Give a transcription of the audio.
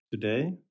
today